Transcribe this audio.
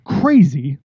crazy